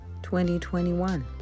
2021